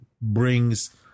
brings